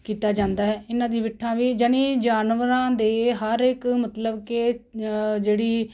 ਕੀਤਾ ਜਾਂਦਾ ਹੈ ਇਹਨਾਂ ਦੀ ਬਿੱਠਾ ਵੀ ਯਾਨੀ ਜਾਨਵਰਾਂ ਦੇ ਹਰ ਇੱਕ ਮਤਲਬ ਕਿ ਜਿਹੜੀ